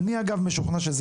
למרות שאני משוכנע שזה